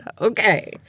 okay